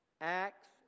Acts